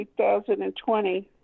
2020